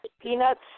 peanuts